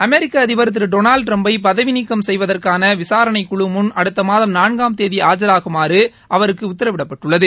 அமெிக்க அதிபர் திரு டொனால்டு ட்டிரம்பை பதவி நீக்கம் செய்வதற்கான விசாரணைக் குழு முன் அடுத்த மாதம் நான்காம் தேதி ஆஜராகுமாறு அவருக்கு உத்தரவிடப்பட்டுள்ளது